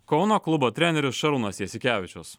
kauno klubo treneris šarūnas jasikevičius